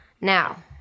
Now